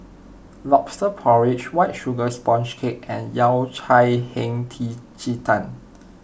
Lobster Porridge White Sugar Sponge Cake and Yao Cai Hei Ji Tang